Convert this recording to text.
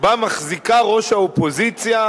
שבה מחזיקה ראש האופוזיציה